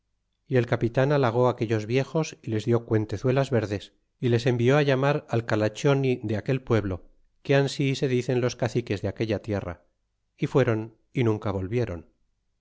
y el capitan halagó aquellos viejos y les dió cuentezuelas verdes y les envió llamar al calachioni de aquel pueblo que ansí se dicen los caciques de aquella tierra y fueron y nunca volvieron